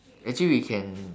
actually we can